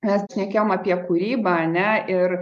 mes šnekėjom apie kūrybą ar ne ir